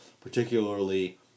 particularly